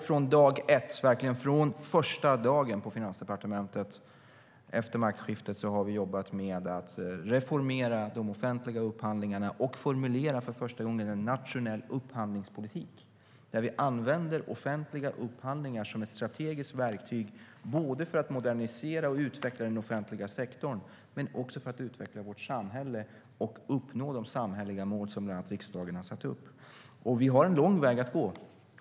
Från dag ett - verkligen från första dagen efter maktskiftet - har Finansdepartementet jobbat med att reformera de offentliga upphandlingarna och för första gången formulera en nationell upphandlingspolitik, där vi använder offentliga upphandlingar som ett strategiskt verktyg, både för att modernisera och utveckla den offentliga sektorn och för att utveckla vårt samhälle och uppnå de samhälleliga mål som bland annat riksdagen satt upp. Vi har en lång väg att gå.